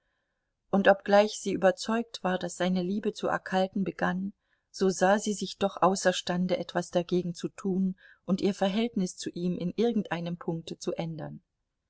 und obgleich sie überzeugt war daß seine liebe zu erkalten begann so sah sie sich doch außerstande etwas dagegen zu tun und ihr verhältnis zu ihm in irgendeinem punkte zu ändern